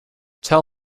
tell